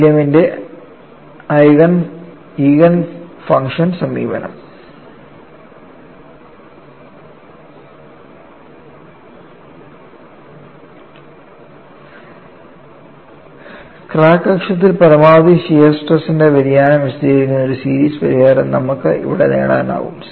വില്യമിന്റെ eigen function സമീപനം crack അക്ഷത്തിൽ പരമാവധി ഷിയർ സ്ട്രെസ്ന്റെ വ്യതിയാനം വിശദീകരിക്കുന്ന ഒരു സീരീസ് പരിഹാരം നമുക്ക് ഇവിടെ നേടാനാകും